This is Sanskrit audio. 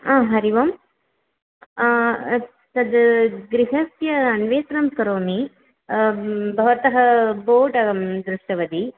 हा हरिः ओम् तत् गृहस्य अन्वेषणं करोमि भवतः बोर्ड् अहं दृष्टवती